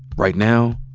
right now,